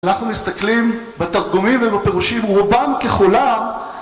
אנחנו מסתכלים בתרגומים ובפירושים רובם ככולם